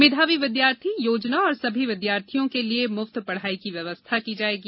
मेधावी विद्यार्थी योजना और सभी विद्यार्थियों के लिये मुफ्त पढ़ाई की व्यवस्था की जाएगी